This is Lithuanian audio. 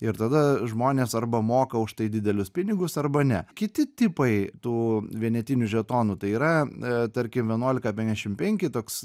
ir tada žmonės arba moka už tai didelius pinigus arba ne kiti tipai tų vienetinių žetonų tai yra a tarkim vienuolika penkdešim penki toks